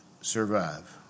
survive